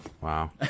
Wow